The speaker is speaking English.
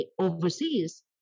overseas